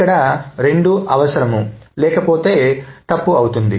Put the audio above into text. ఇక్కడ రెండూ అవసరం లేకపోతే తప్పు అవుతుంది